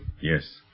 Yes